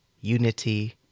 unity